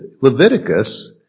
Leviticus